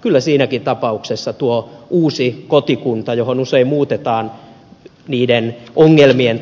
kyllä siinäkin tapauksessa tuo uusi kotikunta johon usein muutetaan niiden ongelmien